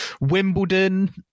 Wimbledon